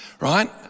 right